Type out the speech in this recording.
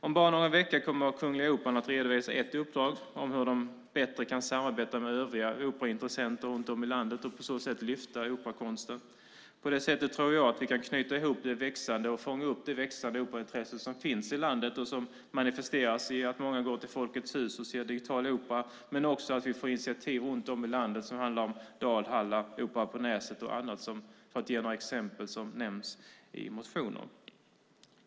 Om bara någon vecka kommer Kungliga Operan att redovisa ett uppdrag om hur de bättre kan samarbeta med övriga operascener runt om i landet och på så sätt lyfta operakonsten. På det sättet tror jag att vi kan knyta ihop och fånga upp det växande operaintresse som finns i landet och som manifesterar sig i att många går till Folkets Hus och ser digital opera men också genom att vi får initiativ runt om i landet som Dalhalla och Opera på Näset för att ge några exempel som nämns i motioner.